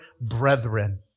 brethren